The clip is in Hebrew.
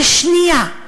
לשנייה,